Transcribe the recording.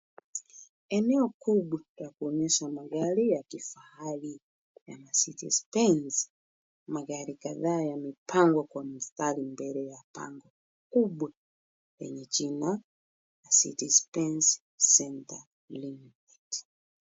Eneo kubwa ya kuonyesha magari ya kifahari ya Mercedes Benz. Magari kadhaa yamepangwa kwa mistari mbele ya bango kubwa yenye jina Mercedes Benz Center Ltd.